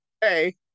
hey